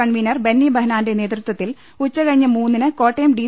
convener Benny ബെഹ്നാന്റെ നേതൃത്വത്തിൽ ഉച്ചുകഴിഞ്ഞ് മൂന്നിന് കോട്ടയം ഡി